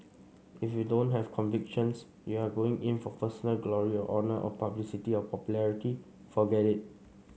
if you don't have convictions you are going in for personal glory or honour or publicity or popularity forget it